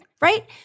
right